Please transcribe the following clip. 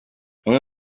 bamwe